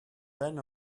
then